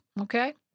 Okay